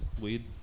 weed